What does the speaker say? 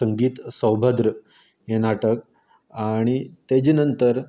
संगीत सौभद्र हें नाटक आनी तेजे नंतर